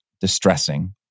distressing